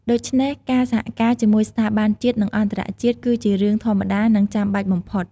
ដូច្នេះ ការសហការជាមួយស្ថាប័នជាតិ និងអន្តរជាតិ គឺជារឿងធម្មតា និងចាំបាច់បំផុត។